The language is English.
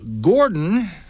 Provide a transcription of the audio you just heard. Gordon